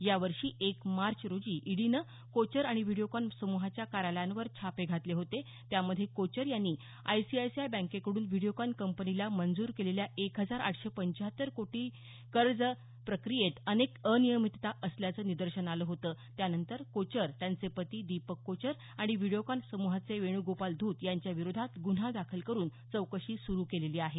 या वर्षी एक मार्च रोजी ईडीनं कोचर आणि व्हिडीओकॉन समुहाच्या कार्यालयांवर छापे घातले होते त्यामध्ये कोचर यांनी आयसीआयसीआय बँकेकड्रन व्हिडीओकॉन कंपनीला मंजूर केलेल्या एक हजार आठशे पंचाहत्तर कोटी रुपयांचं कर्ज प्रक्रियेत अनेक अनियमितता असल्याचं निदर्शनास आलं होतं त्यानंतर कोचर त्यांचे पती दीपक कोचर आणि व्हिडीओकॉन समूहाचे वेणूगोपाल धूत यांच्याविरोधात गुन्हा दाखल करून चौकशी सुरू केलेली आहे